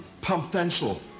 potential